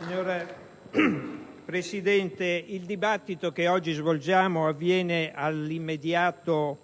Signora Presidente, il dibattito che oggi svolgiamo avviene all'immediato